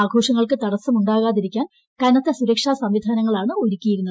ആഘോഷങ്ങൾക്ക് തടസ്സം ഉണ്ടാകാതിരിക്കാൻ കനത്ത സുരക്ഷാ സംവിധാനങ്ങളാണ്ഒരുക്കിയിരുന്നത്